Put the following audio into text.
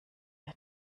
wir